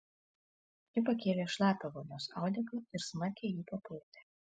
ji pakėlė šlapią vonios audeklą ir smarkiai jį papurtė